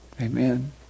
Amen